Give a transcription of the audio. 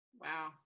Wow